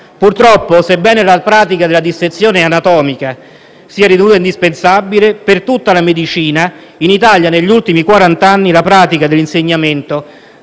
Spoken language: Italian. Purtroppo, sebbene la pratica della dissezione anatomica sia ritenuta indispensabile per tutta la medicina, in Italia, negli ultimi quarant'anni, la pratica dell'insegnamento